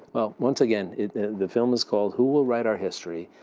once again, it the film is called who will write our history,